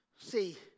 See